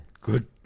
good